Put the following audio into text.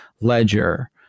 ledger